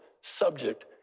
subject